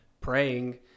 praying